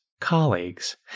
colleagues